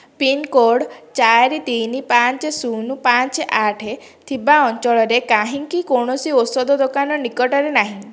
pincode ଚାରି ତିନି ପାଞ୍ଚ ଶୂନ ପାଞ୍ଚ ଆଠ ଥିବା ଅଞ୍ଚଳରେ କାହିଁକି କୌଣସି ଔଷଧ ଦୋକାନ ନିକଟରେ ନାହିଁ